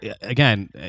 again